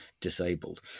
disabled